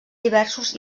diversos